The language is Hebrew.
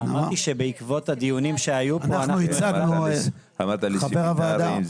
אמרתי שבעקבות הדיונים שהיו פה --- אמרת לסמינרים.